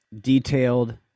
detailed